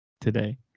today